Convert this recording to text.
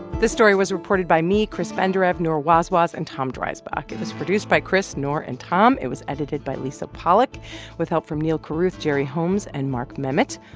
this story was reported by me, chris benderev, noor wazwaz and tom dreisbach. it was produced by chris, noor and tom. it was edited by lisa pollak with help from neal carruth, gerry holmes and mark memmott.